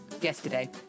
Yesterday